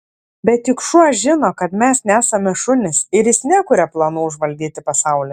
bet juk šuo žino kad mes nesame šunys ir jis nekuria planų užvaldyti pasaulį